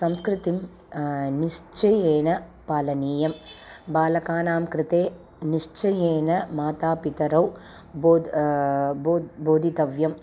संस्कृतिं निश्चयेन पालनीयं बालकानां कृते निश्चयेन मातापितरौ बोद् बो बोधितव्यम्